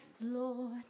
Lord